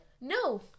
No